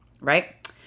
Right